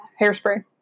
hairspray